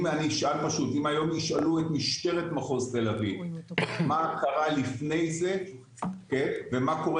אם היום ישאלו את משטרת מחוז תל אביב מה קרה לפני זה ומה קורה